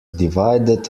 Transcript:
divided